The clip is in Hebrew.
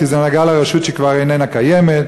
כי זה נגע לרשות שכבר איננה קיימת.